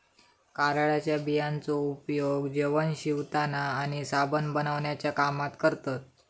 कारळ्याच्या बियांचो उपयोग जेवण शिवताना आणि साबण बनवण्याच्या कामात करतत